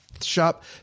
shop